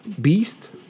Beast